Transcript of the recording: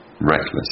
reckless